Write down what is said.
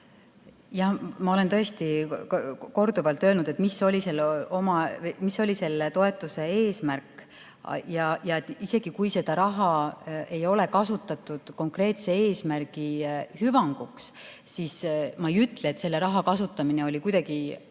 Ma olen tõesti korduvalt öelnud, mis oli selle toetuse eesmärk. Ja isegi kui seda raha ei ole kasutatud konkreetse eesmärgi hüvanguks, siis ma ei ütle, et selle raha kasutamine on olnud kuidagi